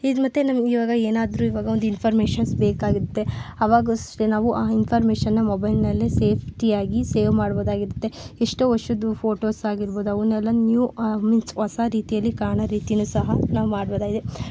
ಈದ್ ಮತ್ತೆ ನಮ್ಗೆ ಈವಾಗ ಏನಾದರೂ ಈವಾಗ ಒಂದು ಇನ್ಫಾರ್ಮೇಷನ್ಸ್ ಬೇಕಾಗಿರುತ್ತೆ ಆವಾಗಷ್ಟೇ ನಾವು ಆ ಇನ್ಫಾರ್ಮೇಷನ್ನ ಮೊಬೈಲ್ನಲ್ಲೇ ಸೇಫ್ಟಿಯಾಗಿ ಸೇವ್ ಮಾಡ್ಬೋದಾಗಿರುತ್ತೆ ಎಷ್ಟೋ ವರ್ಷದ್ದು ಫೋಟೋಸ್ ಆಗಿರ್ಬೋದು ಅವನ್ನೆಲ್ಲ ನ್ಯೂ ಮೀನ್ಸ್ ಹೊಸ ರೀತಿಯಲ್ಲಿ ಕಾಣೋ ರೀತಿನೂ ಸಹ ನಾವು ಮಾಡ್ಬೋದಾಗಿದೆ